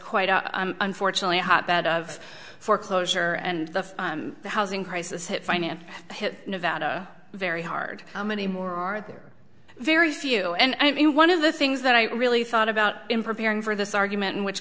quite unfortunately a hotbed of foreclosure and the housing crisis hit financial hit nevada very hard how many more are there are very few and i mean one of the things that i really thought about in preparing for this argument which